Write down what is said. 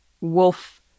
wolf